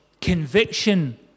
Conviction